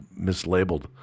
mislabeled